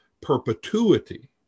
perpetuity